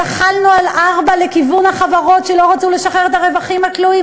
זחלנו על ארבע לכיוון החברות שלא רצו לשחרר את הרווחים הכלואים,